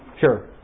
sure